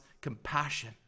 compassion